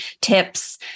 tips